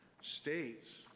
states